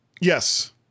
Yes